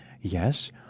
Yes